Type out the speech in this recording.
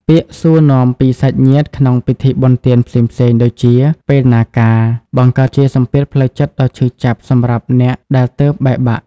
ពាក្យសួរនាំពីសាច់ញាតិក្នុងពិធីបុណ្យទានផ្សេងៗ ដូចជា "ពេលណាការ?" បង្កើតជាសម្ពាធផ្លូវចិត្តដ៏ឈឺចាប់សម្រាប់អ្នកដែលទើបបែកបាក់។